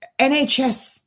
NHS